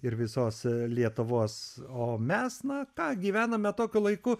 ir visos lietuvos o mes na ką gyvename tokiu laiku